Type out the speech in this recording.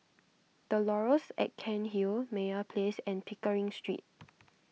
the Laurels at Cairnhill Meyer Place and Pickering Street